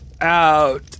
Out